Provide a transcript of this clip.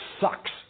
sucks